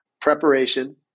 preparation